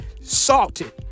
Salted